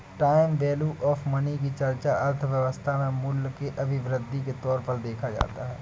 time value of money की चर्चा अर्थव्यवस्था में मूल्य के अभिवृद्धि के तौर पर देखा जाता है